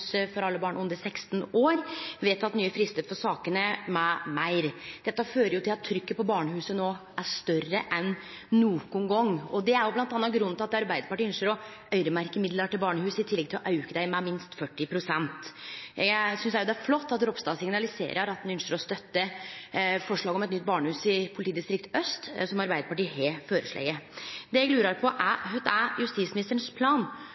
for alle barn under 16 år, vedteke nye fristar for sakene m.m. Dette fører til at trykket på barnehusa no er større enn nokon gong. Det er bl.a. grunnen til at Arbeidarpartiet ynskjer å øyremerke midlar til barnehus i tillegg til å auke dei med minst 40 pst. Eg synest også det er flott at Ropstad signaliserer at han ynskjer å støtte forslag om eit nytt barnehus i politidistrikt aust, som Arbeidarpartiet har føreslege. Det eg lurer på, er: Kva plan